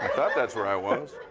thought that's where i was.